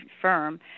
firm